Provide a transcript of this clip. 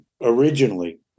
originally